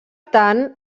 tant